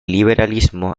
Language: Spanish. liberalismo